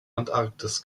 antarktis